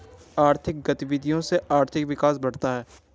आर्थिक गतविधियों से आर्थिक विकास बढ़ता है